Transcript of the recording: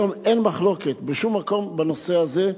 היום אין מחלוקת, בשום מקום, בנושא הזה,